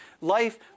Life